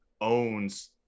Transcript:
owns